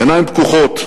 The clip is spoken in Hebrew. עיניים פקוחות.